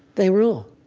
they rule.